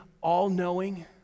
all-knowing